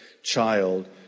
Child